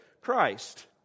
Christ